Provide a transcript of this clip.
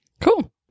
Cool